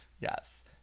Yes